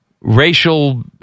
Racial